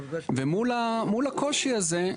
מול הקושי הזה,